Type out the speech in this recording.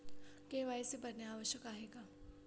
KYC भरणे आवश्यक आहे का?